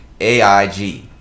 AIG